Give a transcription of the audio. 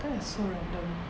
that is so random